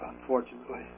unfortunately